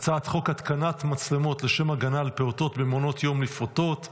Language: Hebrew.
הצעת חוק התקנת מצלמות לשם הגנה על פעוטות במעונות יום לפעוטות (תיקון),